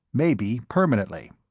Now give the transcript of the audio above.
maybe permanently.